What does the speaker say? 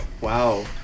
Wow